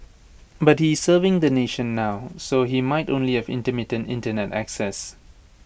but he serving the nation now so he might only have intermittent Internet access